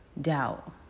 doubt